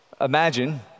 Imagine